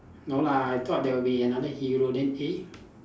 no lah I thought there would be another hero then eh